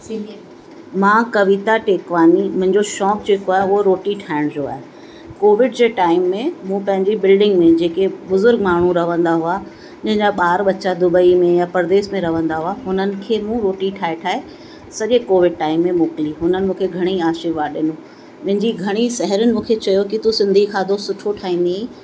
मां कवीता टेकवानी मुंहिंजो शौक़ु जेको आहे उहो रोटी ठाहिण जो आहे कोविड जे टाइम में मूं पंहिंजी बिल्डिंग में जेके बुज़ुर्ग माण्हू रवंदा हुआ जंहिं जा ॿार बच्चा दुबई में या परदेस में रहंदा हुआ उन्हनि खे मूं रोटी ठाए ठाए सॼे कोविड टाइम में मोकिली हुननि मूंखे घणेई आशीर्वाद ॾिनो मुंहिंजी घणी साहेड़ियुनि मूंखे चयो कि तूं सिंधी खाधो सुठो ठाहींदी आहीं